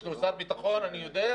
יש לו כשר ביטחון, אני יודע.